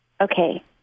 Okay